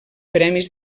premis